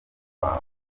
wawe